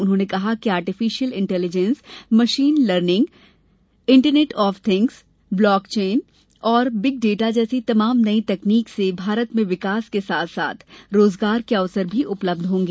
उन्होंने कहा कि artificial intelligence machine learning internet of things block chain और बिग डेटा जैसी तमाम नई तकनीक से भारत में विकास के साथ साथ रोजगार के अवसर भी उपलब्ध होंगे